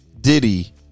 Diddy